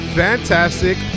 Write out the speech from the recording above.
fantastic